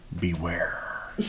Beware